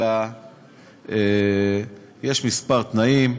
אלא יש כמה תנאים.